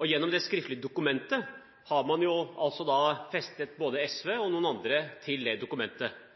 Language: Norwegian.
Gjennom det skriftlige dokumentet har man vel forpliktet både SV og andre til innholdet i det dokumentet.